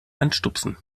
anstupsen